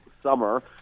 summer